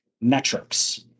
metrics